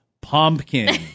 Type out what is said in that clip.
Pumpkin